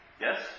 yes